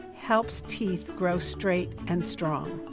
helps teeth grow straight and strong